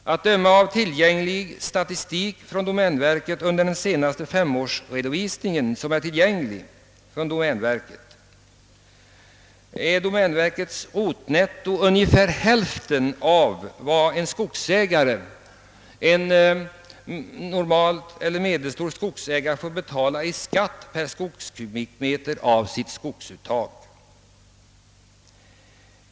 Att döma av tillgänglig statistik från domänverket — jag syftar på den senaste femårsredovisning som är tillgänglig är domänverkets rotnetto ungefär hälften av vad en skogsägare får betala i skatt per skogskubikmeter av sitt skogsuttag.